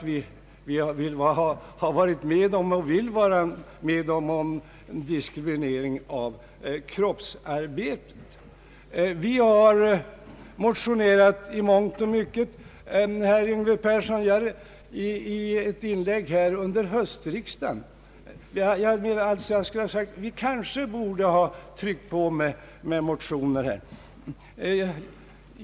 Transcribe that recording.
Vi i folkpartiet vill absolut inte vara med om någon diskriminering av kroppsarbete. Vi har motionerat i mångt och mycket, herr Yngve Persson, och jag erkänner att vi kanske borde ha tryckt på med motioner även här, men också herr Yngve Persson och hans meningsfränder kunde ju ha tagit initiativet.